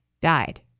died